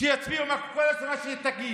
שיצביעו כל מה שתגיד.